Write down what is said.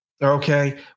Okay